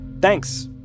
Thanks